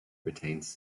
retains